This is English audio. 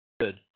good